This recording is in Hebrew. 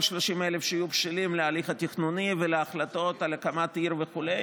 ה-30,000 שיהיו בשלים להליך התכנוני ולהחלטות על הקמת עיר וכו'.